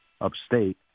upstate